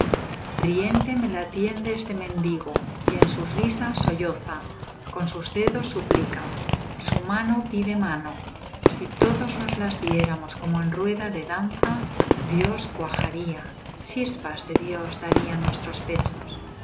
riente me la tiende este mendigo y en su risa solloza con sus dedos suplica su mano pide mano si todos nos las diéramos como en rueda de danza dios cuajaría chispas de dios darían nuestros pechos